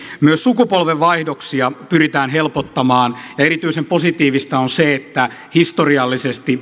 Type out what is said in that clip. myös sukupolvenvaihdoksia pyritään helpottamaan ja erityisen positiivista on se että historiallisesti